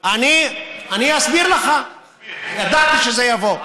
למה התנגדתם לחוק ההמלצות?